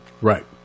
Right